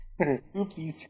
oopsies